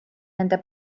nende